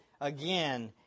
again